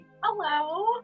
Hello